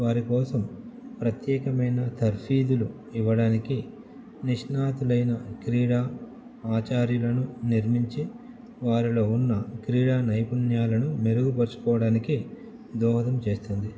వారి కోసం ప్రత్యేకమైన తర్ఫీదులు ఇవ్వడానికి నిష్ణాతులైన క్రీడా ఆచార్యులను నిర్మించి వారిలో ఉన్న క్రీడా నైపుణ్యాలను మెరుగుపర్చుకోవడానికి దోహదం చేస్తుంది